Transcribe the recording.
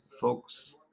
folks